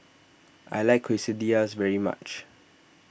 I like Quesadillas very much